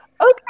Okay